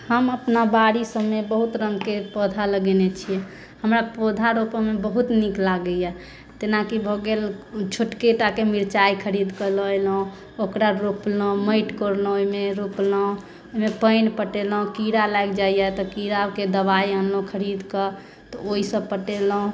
हम अपना बाड़ी सबमे बहुत रङ्गके पौधा लगेने छियै हमरा पौधा रोपऽमे बहुत नीक लागैया जेना की भए गेल छोटकीटाके मिरचाइ खरीदके लऽ एलहुँ ओकरा रोपलहुँ माटि कोरलहुँ ओहिमे रोपलहुँ ओहिमे पानि पटेलहुँ कीड़ा लागि जाइया तऽ कीड़ाके दवाइ अनलहुँ खरीद कऽ तऽ ओहिसँ पटेलहुँ